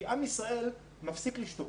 כי עם ישראל מפסיק לשתוק,